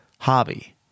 Hobby